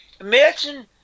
imagine